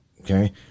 Okay